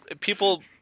people